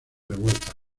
revueltas